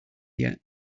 yet